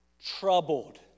troubled